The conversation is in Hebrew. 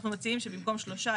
אנחנו מציעים שבמקום שלושה,